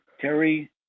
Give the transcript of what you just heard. Terry